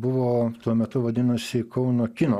buvo tuo metu vadinosi kauno kino